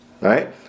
Right